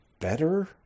better